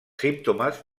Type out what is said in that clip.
símptomes